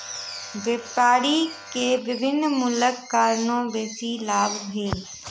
व्यापारी के विभिन्न मूल्यक कारणेँ बेसी लाभ भेल